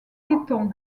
piétons